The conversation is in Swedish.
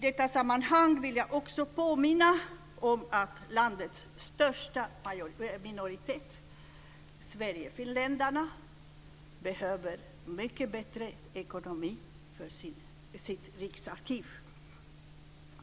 I detta sammanhang vill jag också påminna om att landets största minoritet, sverigefinländarna, behöver mycket bättre ekonomi för sitt riksarkiv.